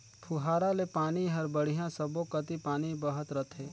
पुहारा ले पानी हर बड़िया सब्बो कति पानी बहत रथे